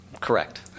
correct